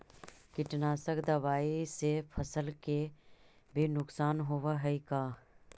कीटनाशक दबाइ से फसल के भी नुकसान होब हई का?